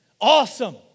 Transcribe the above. Awesome